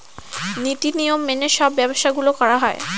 নীতি নিয়ম মেনে সব ব্যবসা গুলো করা হয়